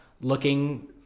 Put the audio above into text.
looking